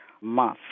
month